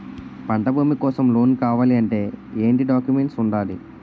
పంట భూమి కోసం లోన్ కావాలి అంటే ఏంటి డాక్యుమెంట్స్ ఉండాలి?